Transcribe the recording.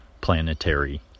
planetary